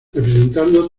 representando